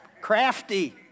crafty